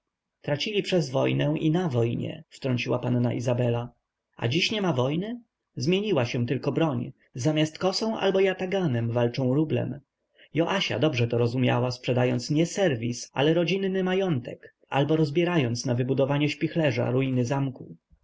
tracili przez wojnę i na wojnie wtrąciła panna izabela a dziś niema wojny zmieniła się tylko broń zamiast kosą albo jataganem walczą rublem joasia dobrze to rozumiała sprzedając nie serwis ale rodzinny majątek albo rozbierając na wybudowanie śpichlerza ruiny zamku